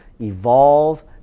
evolve